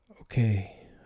Okay